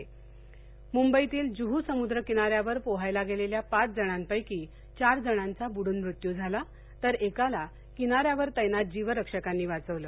दुर्घटना जुहू मुंबईतील जुहू समुद्रकिनाऱ्यावर पोहायला गेलेल्या पाच जणांपैकी चार जणांचा बुडून मृत्यू झाला तर एकाला किनाऱ्यावर तैनात जीवरक्षकांनी वाचवलं